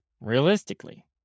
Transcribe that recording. realistically